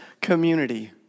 community